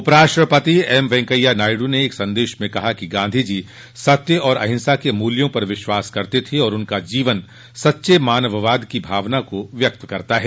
उपराष्ट्रपति एम वेंकैया नायडू ने एक संदेश में कहा कि गांधीजी सत्य और अहिंसा के मूल्यों पर विश्वास करते थे और उनका जीवन सच्चे मानववाद की भावना को व्यक्त करता है